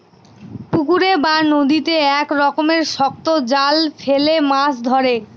পুকুরে বা নদীতে এক রকমের শক্ত জাল ফেলে মাছ ধরে